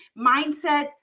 mindset